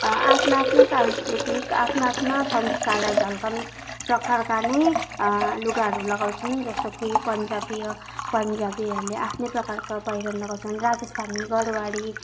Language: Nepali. आफ्ना आफ्ना सांस्कृतिक आफ्ना आफ्ना संस्कारलाई झल्कने प्रकारका नै लुगाहरू लगाउँछन् जस्तो कि पन्जाबीय पन्जाबीहरूले आफ्नै प्रकारका पहिरन लगाउँछन् राजस्थानी गडवाडी